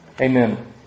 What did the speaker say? Amen